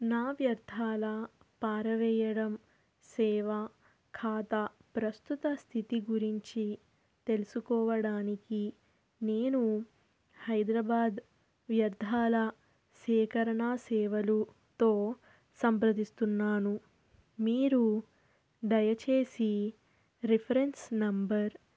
నా వ్యర్థాల పారవేయడం సేవా ఖాతా ప్రస్తుత స్థితి గురించి తెలుసుకోవడానికి నేను హైదరాబాద్ వ్యర్థాల సేకరణ సేవలుతో సంప్రదిస్తున్నాను మీరు దయచేసి రిఫరెన్స్ నంబర్